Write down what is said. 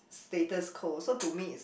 status quo so to me is